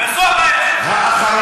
וזו הבעיה שלך.